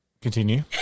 Continue